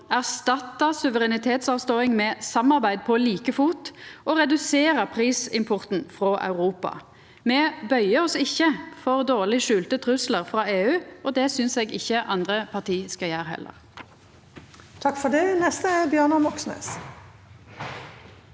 erstatta suverenitetsavståing med samarbeid på like fot og å redusera prisimporten frå Europa. Me bøyer oss ikkje for dårleg skjulte truslar frå EU, og det synest eg ikkje andre parti skal gjera heller. Bjørnar Moxnes